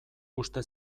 uste